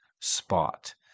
spot